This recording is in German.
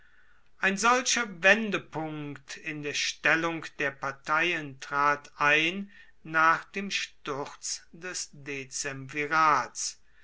ein solcher wendepunkt in der stellung der parteien trat ein nach dem sturz des